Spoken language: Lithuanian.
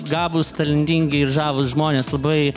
gabūs talentingi ir žavūs žmonės labai